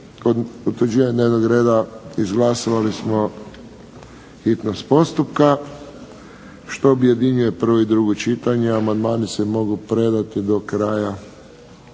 Kod utvrđivanja dnevnog reda izglasovali smo hitnost postupka što objedinjuje prvo i drugo čitanje. Amandmani se mogu predati do kraja